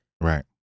right